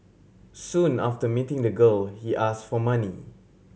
soon after meeting the girl he ask for money